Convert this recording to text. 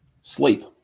sleep